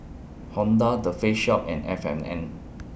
Honda The Face Shop and F and N